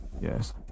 Yes